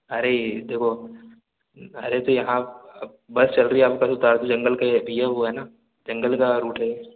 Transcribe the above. अरे देखो अरे तो यहाँ बस चल रही है आपका उतार दू जंगल के ये दिया हुआ है ना जंगल का रूट है